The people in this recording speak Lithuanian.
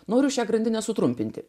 noriu šią grandinę sutrumpinti